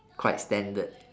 quite standard